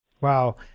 Wow